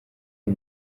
ayo